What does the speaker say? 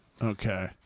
Okay